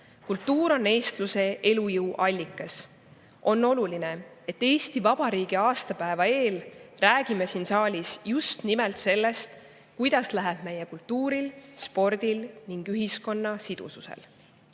Kultuur on eestluse elujõu allikas. On oluline, et Eesti Vabariigi aastapäeva eel räägime siin saalis just nimelt sellest, kuidas läheb meie kultuuril, spordil ning ühiskonna sidususel. Head